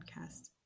podcast